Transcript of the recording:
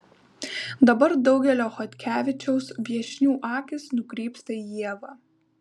dabar daugelio chodkevičiaus viešnių akys nukrypsta į ievą